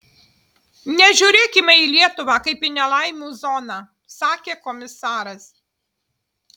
nežiūrėkime į lietuvą kaip į nelaimių zoną sakė komisaras